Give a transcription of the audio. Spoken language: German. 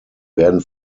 werden